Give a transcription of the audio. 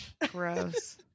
gross